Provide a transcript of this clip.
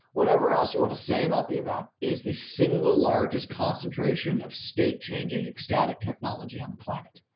whatever else you want to say about the event is the single largest concentration of state-changing ecstatic technology on the planet.